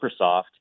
Microsoft